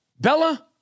Bella